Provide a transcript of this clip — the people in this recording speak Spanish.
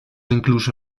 incluso